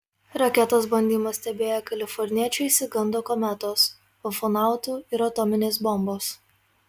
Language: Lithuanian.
raketos bandymą stebėję kaliforniečiai išsigando kometos ufonautų ir atominės bombos